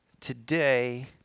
today